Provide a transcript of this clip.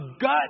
gut